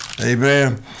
Amen